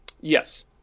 yes